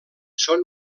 són